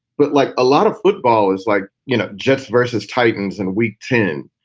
but like a lot of football is like, you know, jets versus titans in week ten,